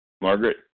Margaret